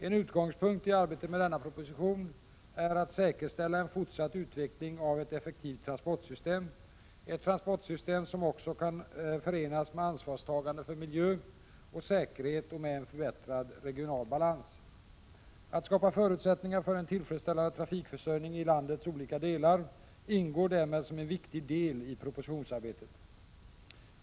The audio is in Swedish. En utgångspunkt i arbetet med denna proposition är att säkerställa en fortsatt utveckling av ett effektivt transportsystem — ett transportsystem som också kan förenas med ansvarstagande för miljö och säkerhet och med en förbättrad regional balans. Att skapa förutsättningar för en tillfredsställande trafikförsörjning i landets olika delar ingår därmed som en viktig del i propositionsarbetet.